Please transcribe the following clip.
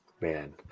man